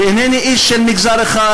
ואינני איש של מגזר אחד,